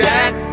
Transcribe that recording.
Jack